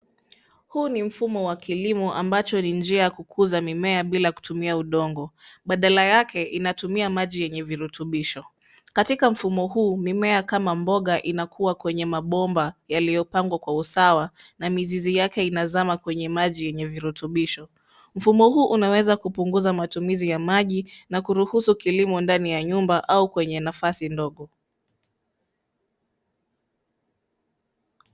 Huu ni mfumo wa kilimo ambacho ni njia ya kukuza mimea bila kutumia udongo ,badala yake inatumia maji yenye virutubisho katika mfumo huu mimea kama mboga inakuwa kwenye mabomba yaliyopangwa kwa usawa na mizizi yake inazama kwenye maji yenye virutubisho, mfumo huu unaweza kupunguza matumizi ya maji na kuruhusu kilimo ndani ya nyumba au kwenye nafasi ndogo.